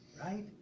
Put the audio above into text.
right